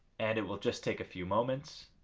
and it will just take a few moments.